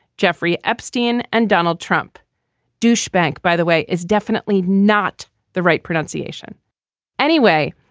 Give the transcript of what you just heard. jeffrey epstein and donald trump douche bank. by the way, it's definitely not the right pronunciation anyway.